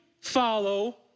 follow